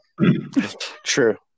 True